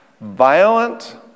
violent